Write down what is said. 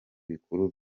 bikuru